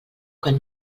quan